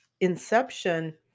inception